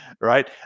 right